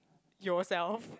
yourself